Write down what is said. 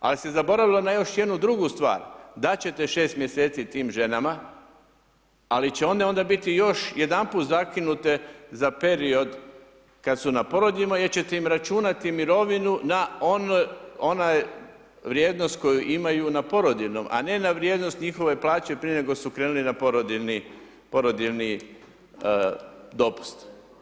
Ali se zaboravilo na još jednu drugu stvar, dati ćete 6 mjeseci tim ženama, ali će one onda biti još jedanput zakinute za period kad su porodiljnom jer ćete im računati mirovinu na onaj vrijednost koju imaju na porodiljnom, a ne na vrijednost njihove plaće prije nego su krenule na porodiljni dopust.